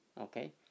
Okay